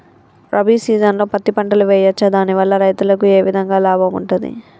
రబీ సీజన్లో పత్తి పంటలు వేయచ్చా దాని వల్ల రైతులకు ఏ విధంగా లాభం ఉంటది?